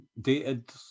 dated